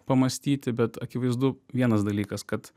pamąstyti bet akivaizdu vienas dalykas kad